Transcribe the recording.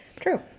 True